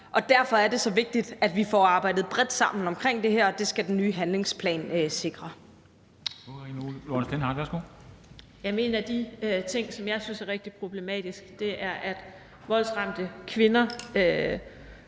derfor er det så vigtigt, at vi får arbejdet bredt sammen omkring det her, og det skal den nye handlingsplan sikre.